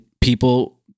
people